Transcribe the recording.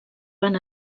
van